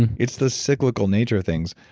and it's the cyclical nature of things.